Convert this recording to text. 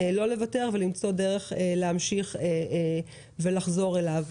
לא לוותר ולמצוא דרך לחזור אליו.